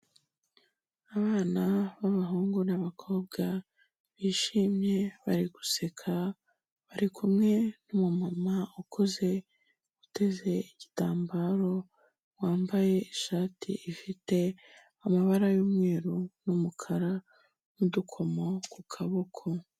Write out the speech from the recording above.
Abana b'abahungu n'abakobwa bishimye bari guseka, bari kumwe n'umumama ukuze uteze igitambaro, wambaye ishati ifite amabara y'umweru n'umukara n'udukomo ku kaboko.